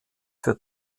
für